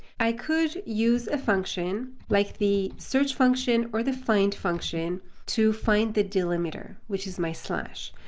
i could use a function like the search function or the find function to find the delimiter, which is my slash.